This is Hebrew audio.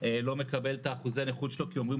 לא מקבל את אחוזי הנכות שלו כי אומרים